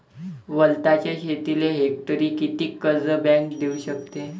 वलताच्या शेतीले हेक्टरी किती कर्ज बँक देऊ शकते?